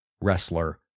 wrestler